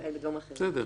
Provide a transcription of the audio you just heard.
בסדר.